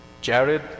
Jared